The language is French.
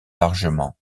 largement